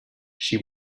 she